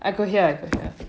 I could hear I could hear